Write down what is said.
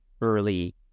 early